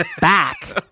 back